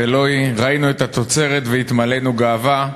ולא היא: ראינו את התוצרת והתמלאנו גאווה,